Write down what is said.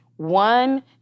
One